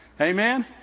Amen